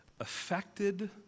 affected